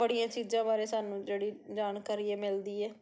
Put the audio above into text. ਬੜੀਆਂ ਚੀਜ਼ਾਂ ਬਾਰੇ ਸਾਨੂੰ ਜਿਹੜੀ ਜਾਣਕਾਰੀ ਆ ਮਿਲਦੀ ਆ